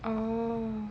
oh